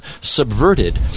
subverted